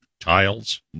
tiles